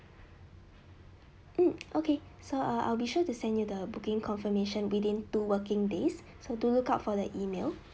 mm okay so uh I'll be sure to send you the booking confirmation within two working days so do look out for the email